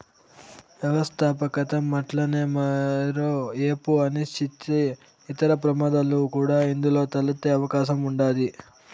వ్యవస్థాపకతం అట్లనే మరో ఏపు అనిశ్చితి, ఇతర ప్రమాదాలు కూడా ఇందులో తలెత్తే అవకాశం ఉండాది